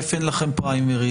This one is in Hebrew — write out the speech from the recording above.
בדיון הבא,